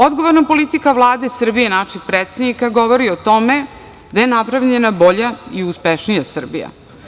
Odgovorna politika Vlade Srbije, našeg predsednika govori o tome da je napravljena bolja i uspešnija Srbije.